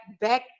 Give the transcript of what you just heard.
back